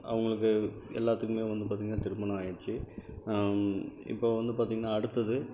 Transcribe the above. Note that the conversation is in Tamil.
அவங்களுக்கு எல்லாத்துக்குமே வந்து பார்த்தீங்ன்னா திருமணம் ஆயிடுச்சு இப்போ வந்து பார்த்தீங்ன்னா அடுத்தது